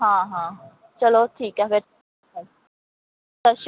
ਹਾਂ ਹਾਂ ਚਲੋ ਠੀਕ ਹੈ ਫਿਰ ਸਤਿ ਸ਼੍ਰੀ